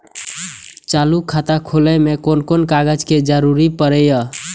चालु खाता खोलय में कोन कोन कागज के जरूरी परैय?